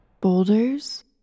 boulders